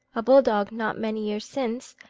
a bull-dog, not many years since,